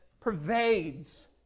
pervades